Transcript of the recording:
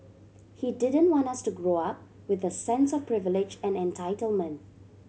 he didn't want us to grow up with a sense of privilege and entitlement